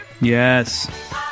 Yes